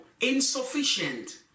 insufficient